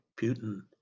putin